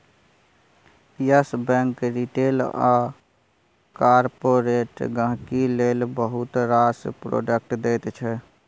yes Bank retail आ corporate गांहिकी लेल बहुत रास प्रोडक्ट दैत छै